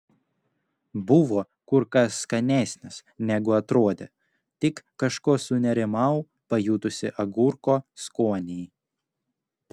buvo kur kas skanesnis negu atrodė tik kažko sunerimau pajutusi agurko skonį